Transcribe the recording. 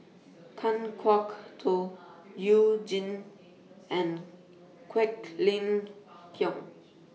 Kan Kwok Toh YOU Jin and Quek Ling Kiong